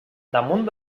damunt